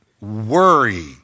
Worry